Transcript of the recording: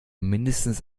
mindestens